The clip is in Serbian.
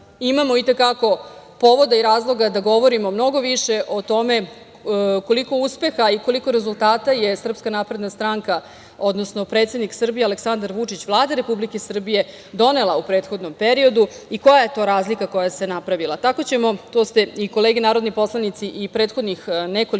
imamo i te kako povoda i razloga da govorimo mnogo više o tome koliko uspeha i koliko rezultata je SNS, odnosno predsednik Srbije Aleksandar Vučić, Vlada Republike Srbije donela u prethodnom periodu i koja je to razlika koja se napravila. Tako ćemo, to ste i kolege narodni poslanici i prethodnih nekoliko